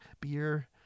beer